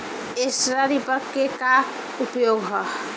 Straw reaper क का उपयोग ह?